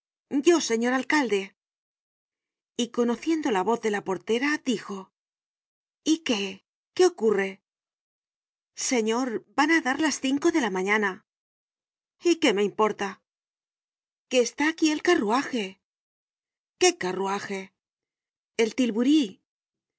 yo señor alcalde y conociendo la voz de la portera dijo y qué qué ocurre señor van á dar las cinco de la mañana y qué me importa que está aquí el carruaje qué carruaje el tilburí